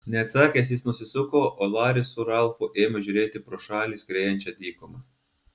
neatsakęs jis nusisuko o laris su ralfu ėmė žiūrėti į pro šalį skriejančią dykumą